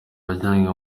wajyanwe